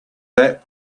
that